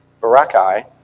Barakai